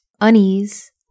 unease